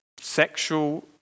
Sexual